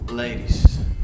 Ladies